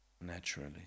naturally